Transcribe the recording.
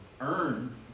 earn